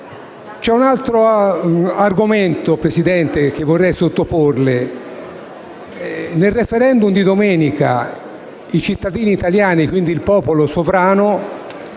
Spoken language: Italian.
C'è un altro argomento, signor Presidente, che vorrei sottoporle. Nel *referendum* di domenica, i cittadini italiani, quindi il popolo sovrano,